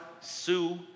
Sue